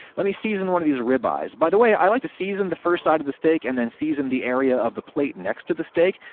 let me season one of these ribeyes. by the way, i like to season the first side of the steak, and then season the area of the plate next to the steak,